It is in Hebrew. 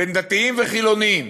בין דתיים לחילונים,